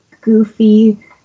goofy